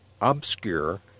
obscure